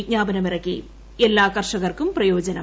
വിജ്ഞാപനം ഇറക്കിട്ട എല്ലാ കർഷകർക്കും പ്രയോജനം